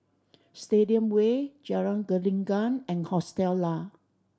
Stadium Way Jalan Gelenggang and Hostel Lah